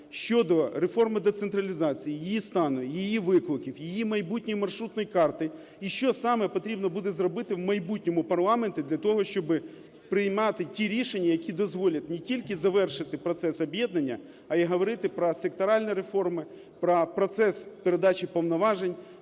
щодо реформи децентралізації, її стану, її викликів, її майбутньої маршрутної карти, і що саме потрібно буде зробити в майбутньому парламенту для того, щоб приймати ті рішення, які дозволять не тільки завершити процес об'єднання, а і говорити про секторальні реформи, про процес передачі повноважень,